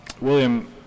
William